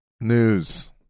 News